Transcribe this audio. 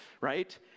right